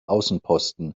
außenposten